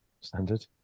Standard